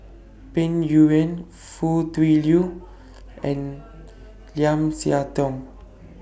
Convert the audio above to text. Peng Yuyun Foo Tui Liew and Lim Siah Tong